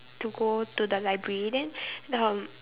to go to the library then the